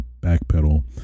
backpedal